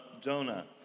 Jonah